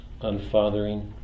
unfathering